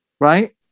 right